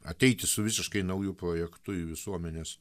ateiti su visiškai nauju projektu į visuomenės